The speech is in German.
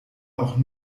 auch